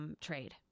Trade